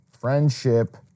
Friendship